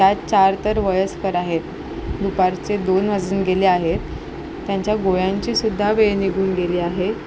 त्यात चार तर वयस्कर आहेत दुपारचे दोन वाजन गेले आहेत त्यांच्या गोळ्यांचीसुद्धा वेळ निघून गेली आहे